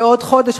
בעוד חודש,